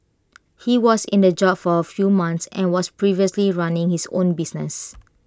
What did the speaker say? he was in the job for A few months and was previously running his own business